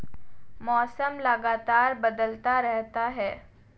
मौसम लगातार बदलता रहता है